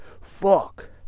Fuck